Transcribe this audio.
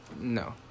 no